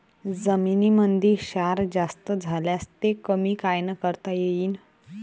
जमीनीमंदी क्षार जास्त झाल्यास ते कमी कायनं करता येईन?